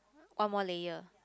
one more layer